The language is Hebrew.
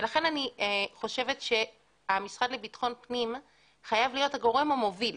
ולכן אני חושבת שהמשרד לביטחון פנים חייב להיות הגורם המוביל.